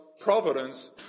providence